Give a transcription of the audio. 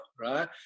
right